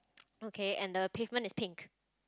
okay and the pavement is pink